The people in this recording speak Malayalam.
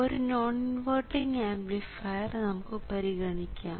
ഒരു നോൺ ഇൻവേർട്ടിംഗ് ആംപ്ലിഫൈർ നമുക്ക് പരിഗണിക്കാം